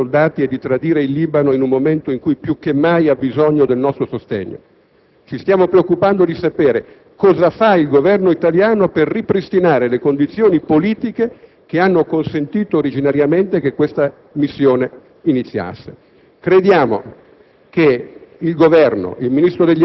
Sia chiaro, non stiamo proponendo di ritirare i nostri soldati e di tradire il Libano in un momento in cui più che mai ha bisogno del nostro sostegno; ci stiamo preoccupando di sapere cosa fa il Governo italiano per ripristinare le condizioni politiche che hanno consentito originariamente che questa missione iniziasse.